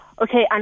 Okay